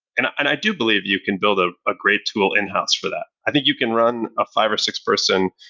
and and i do believe you can build ah a great tool in-house for that. i think you can run a five or six person,